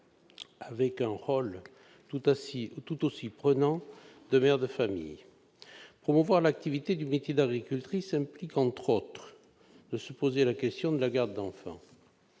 avec un rôle tout aussi prenant de mère de famille ? Promouvoir l'attractivité du métier d'agricultrice implique, entre autres, de se poser la question de la garde d'enfants.